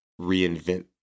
reinvent